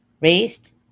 raised